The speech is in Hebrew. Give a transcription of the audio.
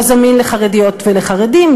לא זמין לחרדיות ולחרדים,